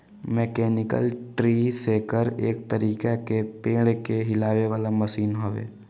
mechanical tree shaker एक तरीका के पेड़ के हिलावे वाला मशीन हवे